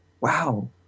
Wow